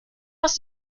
aus